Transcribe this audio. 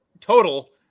total